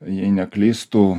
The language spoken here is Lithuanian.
jei neklystu